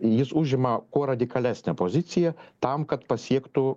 jis užima kuo radikalesnę poziciją tam kad pasiektų